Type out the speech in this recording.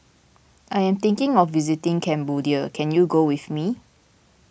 I am thinking of visiting Cambodia can you go with me